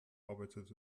arbeitet